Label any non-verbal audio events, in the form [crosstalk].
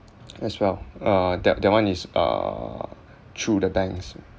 [noise] as well uh that that one is uh through the banks